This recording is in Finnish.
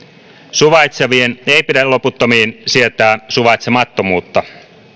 suvaitsevien ei pidä loputtomiin sietää suvaitsemattomuutta